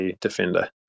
defender